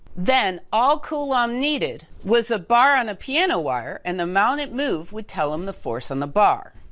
then, all coulomb um needed was a bar on a piano wire and the amount it moved would tell him the force on the bar.